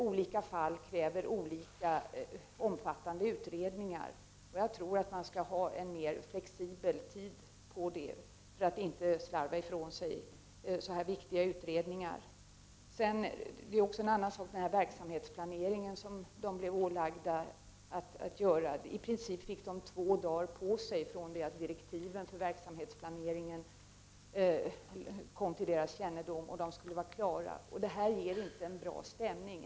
Olika fall kräver olika omfattande utredningar. Jag tror att man skall vara mer flexibel i det avseendet, så att det inte slarvas med sådana viktiga utredningar. Den verksamhetsplanering som de anställda ålades genomföra fick de i princip göra på två dagar, från det att direktiven för verksamhetsplaneringen kom till deras kännedom till det att planeringen skulle vara klar. Detta ger inte någon bra stämning.